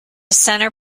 centre